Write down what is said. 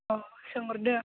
अ सोंहरदो